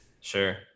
Sure